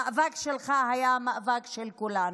המאבק שלך היה המאבק של כולנו.